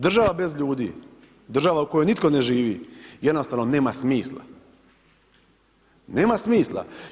Država bez ljudi, država u kojoj nitko ne živi jednostavno nema smisla, nema smisla.